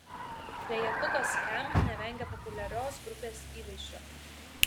trejetukas skamp nevengia populiarios grupės įvaizdžio